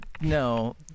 no